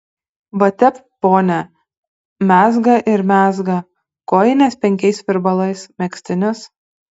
va tep ponia mezga ir mezga kojines penkiais virbalais megztinius